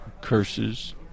Curses